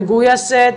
מגויסת